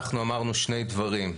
אנחנו אמרנו שני דברים.